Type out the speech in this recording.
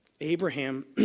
Abraham